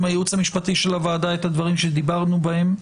עם הייעוץ המשפטי של הוועדה את הדברים שדיברנו בהם.